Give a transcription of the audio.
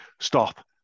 stop